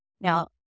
Now